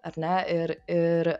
ar ne ir ir